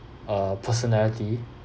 uh personality